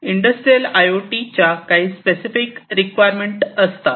industrial I O T च्या काही specific requirement असतात